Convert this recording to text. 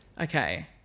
Okay